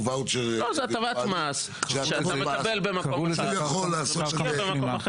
זאת הטבת מס שאתה מקבל במקום אחד כדי להשקיע במקום אחר.